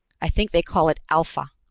i think they call it alpha.